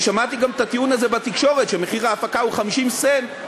ושמעתי בתקשורת גם את הטיעון הזה שמחיר ההפקה הוא 50 סנט,